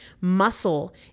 Muscle